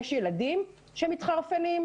יש ילדים שמתחרפנים,